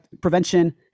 prevention